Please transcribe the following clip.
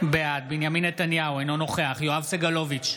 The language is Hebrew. בעד בנימין נתניהו, אינו נוכח יואב סגלוביץ'